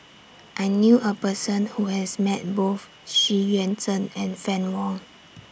I knew A Person Who has Met Both Xu Yuan Zhen and Fann Wong